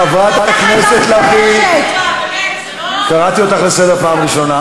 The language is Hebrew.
חברת הכנסת לביא, קראתי אותך לסדר פעם ראשונה.